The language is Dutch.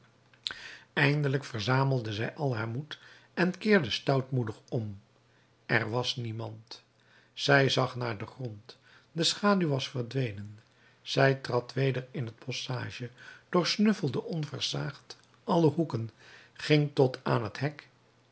eindelijk verzamelde zij al haar moed en keerde stoutmoedig om er was niemand zij zag naar den grond de schaduw was verdwenen zij trad weder in het bosschage doorsnuffelde onversaagd alle hoeken ging tot aan het hek